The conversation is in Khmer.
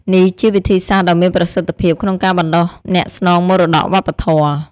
នេះជាវិធីសាស្ត្រដ៏មានប្រសិទ្ធភាពក្នុងការបណ្តុះអ្នកស្នងមរតកវប្បធម៌។